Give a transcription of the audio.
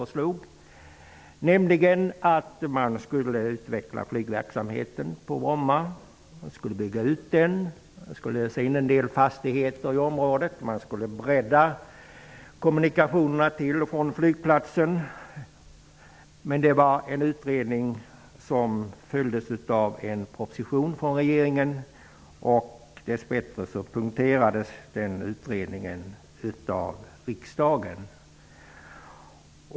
Det förslaget innebar att man skulle utveckla och bygga ut flygverksamheten på Bromma. Man skulle lösa in en del fastigheter i området och bredda kommunikationerna till och från flygplatsen. Utredningen följdes av en proposition från regeringen. Dess bättre punkterades denna utredning av riksdagen.